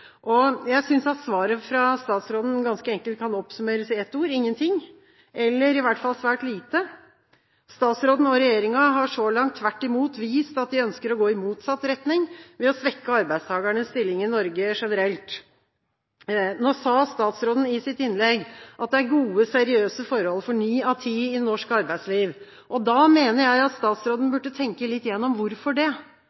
Jeg synes svaret fra statsråden ganske enkelt kan oppsummeres i ett ord: ingenting – i hvert fall svært lite. Statsråden og regjeringa har så langt tvert imot vist at de ønsker å gå i motsatt retning, ved å svekke arbeidstakernes stilling i Norge generelt. Statsråden sa i sitt innlegg at det er gode, seriøse forhold for ni av ti i norsk arbeidsliv. Da mener jeg at statsråden